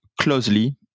closely